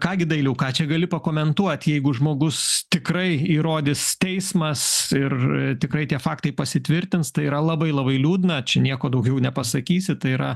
ką gi dailiau ką čia gali pakomentuot jeigu žmogus tikrai įrodys teismas ir tikrai tie faktai pasitvirtins tai yra labai labai liūdna čia nieko daugiau nepasakysi tai yra